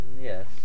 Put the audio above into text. Yes